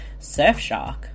Surfshark